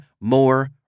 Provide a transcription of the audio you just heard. more